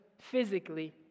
physically